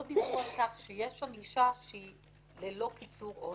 דיברו על כך שיש ענישה שהיא ללא קיצור עונש.